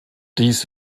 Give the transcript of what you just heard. dies